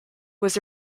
was